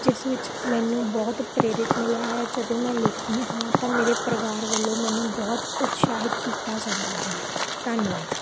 ਜਿਸ ਵਿੱਚ ਮੈਨੂੰ ਬਹੁਤ ਪ੍ਰੇਰਿਤ ਮਿਲਿਆ ਹੈ ਜਦੋਂ ਮੈਂ ਲਿਖਦੀ ਹਾਂ ਤਾਂ ਮੇਰੇ ਪਰਿਵਾਰ ਵੱਲੋਂ ਮੈਨੂੰ ਬਹੁਤ ਉਤਸਾਹਿਤ ਕੀਤਾ ਜਾਂਦਾ ਹੈ ਧੰਨਵਾਦ